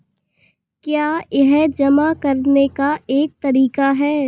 क्या यह जमा करने का एक तरीका है?